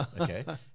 Okay